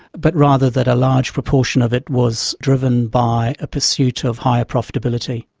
but rather that a large proportion of it was driven by a pursuit of higher profitability.